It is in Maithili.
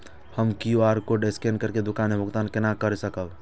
हम क्यू.आर कोड स्कैन करके दुकान में भुगतान केना कर सकब?